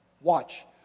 Watch